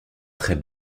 très